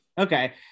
Okay